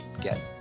get